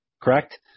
Correct